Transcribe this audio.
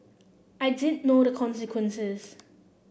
I didn't know the consequences